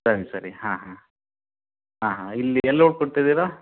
ಸರಿ ಸರಿ ಹಾಂ ಹಾಂ ಹಾಂ ಹಾಂ ಇಲ್ಲಿ ಎಲ್ಲಿ ಹೋಗ್ ಹೊರ್ಟಿದ್ದೀರಾ